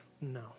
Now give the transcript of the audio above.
no